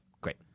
great